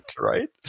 right